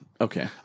Okay